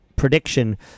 prediction